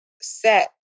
set